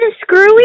screwy